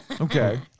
Okay